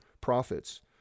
profits